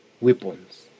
weapons